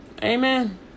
Amen